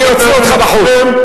אני אוציא אותך בחוץ.